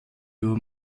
über